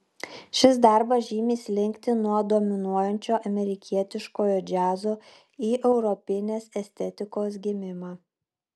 šis darbas žymi slinktį nuo dominuojančio amerikietiškojo džiazo į europinės estetikos gimimą